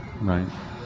Right